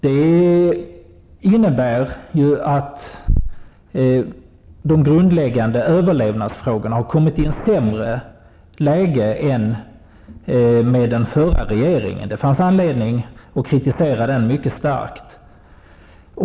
Det innebär ju att de grundläggande överlevnadsfrågorna har kommit i ett sämre läge än under den förra regeringen. Det fanns anledning att kritisera den mycket starkt.